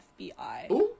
FBI